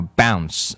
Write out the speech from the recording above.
bounce